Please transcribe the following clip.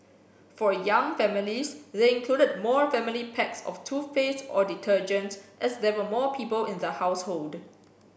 for young families they included more family packs of toothpaste or detergent as there were more people in the household